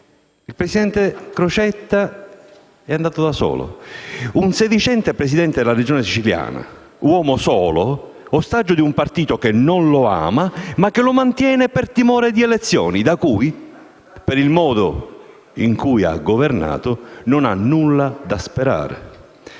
Il presidente Crocetta è andato da solo: un sedicente Presidente della Regione siciliana, uomo solo, ostaggio di un partito che non lo ama, ma che lo mantiene per timore di elezioni e dal quale, per il modo in cui ha governato, non ha nulla da sperare.